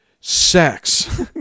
sex